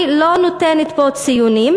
אני לא נותנת פה ציונים,